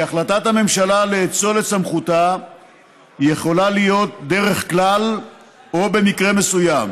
כי החלטת הממשלה לאצול את סמכותה יכולה להיות דרך כלל או במקרה מסוים.